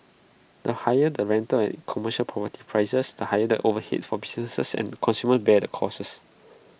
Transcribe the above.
the higher the rentals and commercial property prices the higher the overheads for businesses and consumers bear the costs